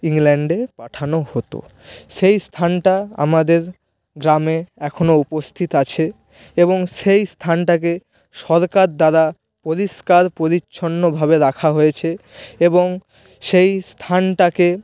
ইংল্যাণ্ডে পাঠানো হতো সেই স্থানটা আমাদের গ্রামে এখনও উপস্থিত আছে এবং সেই স্থানটাকে সরকার দ্বারা পরিষ্কার পরিচ্ছন্নভাবে রাখা হয়েছে এবং সেই স্থানটাকে